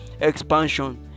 expansion